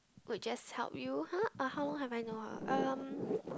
would just help you !huh! uh how long have I known her um